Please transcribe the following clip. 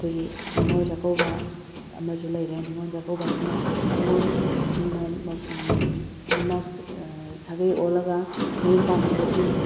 ꯑꯩꯈꯣꯏꯒꯤ ꯅꯤꯡꯉꯣꯜ ꯆꯥꯛꯀꯧꯕ ꯑꯃꯁꯨ ꯂꯩꯔꯦ ꯅꯤꯡꯉꯣꯜ ꯆꯥꯛꯀꯧꯕ ꯍꯥꯏꯁꯤꯅ ꯅꯤꯉꯣꯜꯁꯤꯡꯅ ꯌꯨꯝꯅꯥꯛ ꯁꯥꯒꯩ ꯑꯣꯜꯂꯒ ꯃꯌꯨꯝ ꯄꯥꯟꯈꯤꯕꯁꯤꯡ